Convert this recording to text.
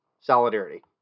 Solidarity